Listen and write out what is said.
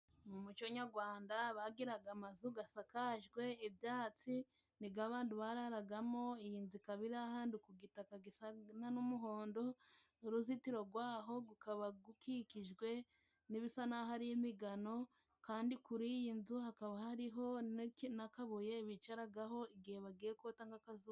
Mu muco nyarwanda bagiraga amazu gasakajwe ibyatsi nigo abantu bararagamo. Iyi nzu ikaba iri ahandi ku gitaka gisa n'umuhondo, uruzitiro rwaho gukaba gukikijwe n'ibisa naho ari imigano, kandi kuri iyi nzu hakaba hariho n'akabuye bicaragaho igihe bagiye kota nk'akazuba.